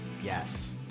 Yes